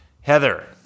Heather